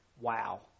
Wow